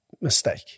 mistake